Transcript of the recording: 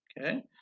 okay